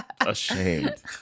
ashamed